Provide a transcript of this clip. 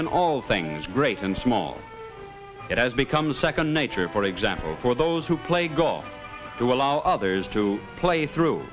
all things great and small it has become second nature for example for those who play golf to allow others to play through